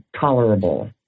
tolerable